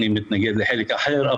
אני מתנגד לחלק אחר,